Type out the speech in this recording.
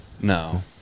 no